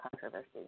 controversy